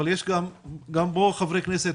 אבל יש גם פה חברי כנסת,